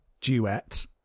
duet